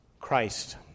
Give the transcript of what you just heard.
Christ